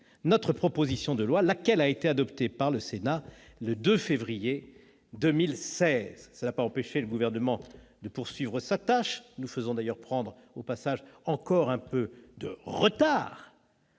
notre proposition de loi, laquelle a été adoptée par le Sénat le 2 février 2016. Cela n'a pas empêché le Gouvernement de poursuivre sa tâche, nous faisant d'ailleurs prendre, au passage, encore un peu de retard